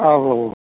ആ ഊവ്വുവ്വുവ്വ്